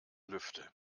lüfte